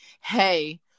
hey